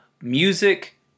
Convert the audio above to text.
music